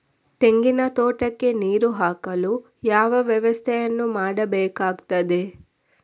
ತೆಂಗಿನ ತೋಟಕ್ಕೆ ನೀರು ಹಾಕಲು ಯಾವ ವ್ಯವಸ್ಥೆಯನ್ನು ಮಾಡಬೇಕಾಗ್ತದೆ?